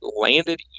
landed